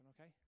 okay